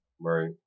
right